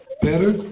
Better